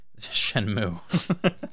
Shenmue